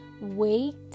wait